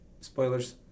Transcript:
Spoilers